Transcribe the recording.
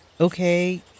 Okay